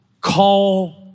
call